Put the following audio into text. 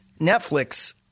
Netflix